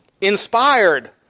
inspired